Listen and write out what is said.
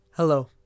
Hello